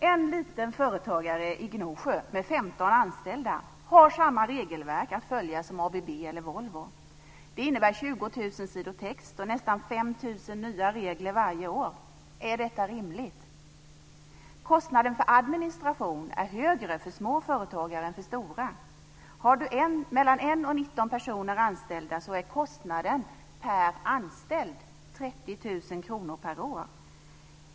En småföretagare i Gnosjö, med 15 anställda, har samma regelverk att följa som ABB eller Volvo. Det innebär 20 000 sidor text och nästan 5 000 nya regler varje år. Är detta rimligt? Kostnaden för administration är högre för småföretagare än för storföretagare. Har du mellan 1 person och 19 personer anställda är kostnaden per anställd 30 000 kronor per år.